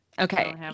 Okay